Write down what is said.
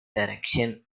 direction